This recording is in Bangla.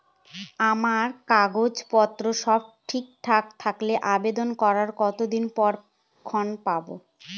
আমার কাগজ পত্র সব ঠিকঠাক থাকলে আবেদন করার কতদিনের মধ্যে ঋণ পাব?